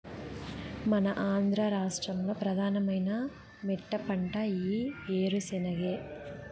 మన ఆంధ్ర రాష్ట్రంలో ప్రధానమైన మెట్టపంట ఈ ఏరుశెనగే